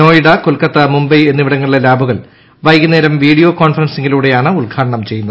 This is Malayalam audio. നോയിഡ കൊൽക്കത്ത മുംബൈ എന്നിവിടങ്ങളിലെ ലാബുകൾ വൈകുന്നേരം വീഡിയോ കോൺഫറൻസിങ്ങിലൂടെയാണ് ഉദ്ഘാടനം ചെയ്യുന്നത്